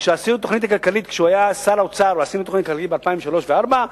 כשעשינו את התוכנית הכלכלית ב-2003 2004,